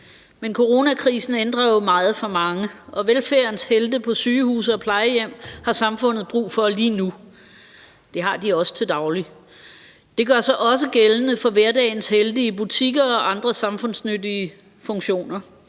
Men coronakrisen ændrer jo meget for mange, og velfærdens helte på sygehuse og plejehjem har samfundet brug for lige nu – det har de også til daglig. Det gør sig også gældende for hverdagens helte i butikker og andre samfundsnyttige funktioner.